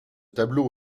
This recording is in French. tableau